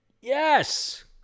yes